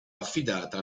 affidata